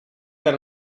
del